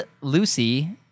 Lucy